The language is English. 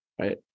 right